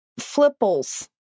Flipples